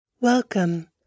Welcome